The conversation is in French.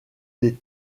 des